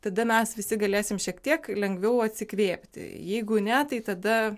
tada mes visi galėsim šiek tiek lengviau atsikvėpti jeigu ne tai tada